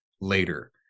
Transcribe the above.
later